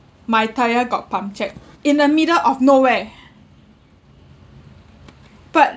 my tire got punctured in the middle of nowhere but